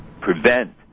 prevent